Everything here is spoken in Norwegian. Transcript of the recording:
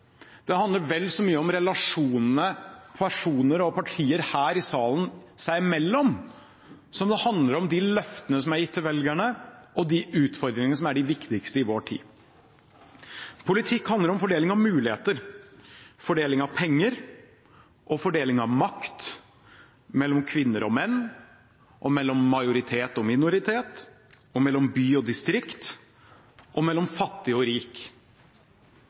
Det handler vel så mye om relasjonene personer og partier her i salen imellom, som det handler om de løftene som er gitt til velgerne, og de utfordringene som er de viktigste i vår tid. Politikk handler om fordeling av muligheter, fordeling av penger og fordeling av makt mellom kvinner og menn, mellom majoritet og minoritet, mellom by og distrikt og mellom fattig og rik.